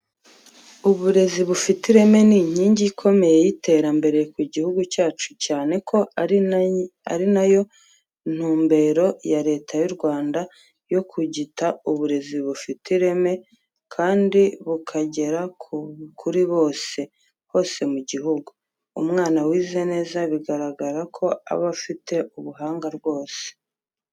Uburezi bufite ireme ni inkingi ikomeye y'iterambere ku gihugu cyacu cyane ko ari nayo ntumbero ya Leta y'u Rwanda yo kugita uburezi bufite ireme kandi bukagera kuri bose hose mu gihugu. Umwana wize neza bigaragara ko aba afite ubuhanga rwose.